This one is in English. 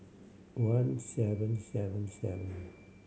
one seven seven seven